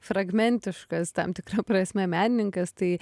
fragmentiškas tam tikra prasme menininkas tai